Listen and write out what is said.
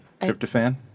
Tryptophan